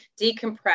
decompress